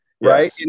right